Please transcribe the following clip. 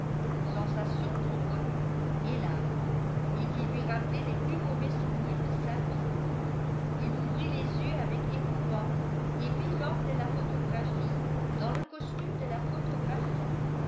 sensation trop connue hélas et qui lui rappelait les plus mauvais souvenirs de sa vie il ouvrit les yeux avec épouvante et vit l'homme de la photographie dans le costume de la photographie